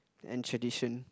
and tradition